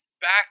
back